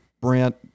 Brent